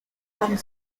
and